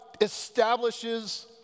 establishes